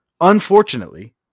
unfortunately